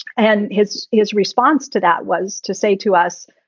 and his his response to that was to say to us,